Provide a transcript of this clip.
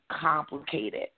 complicated